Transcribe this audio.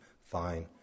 Fine